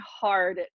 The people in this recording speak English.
hard